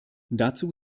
dazu